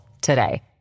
today